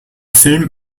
film